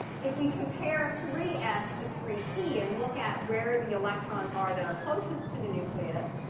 if we compare three s to three p and look at where the electrons are that are closest to the nucleus,